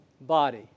body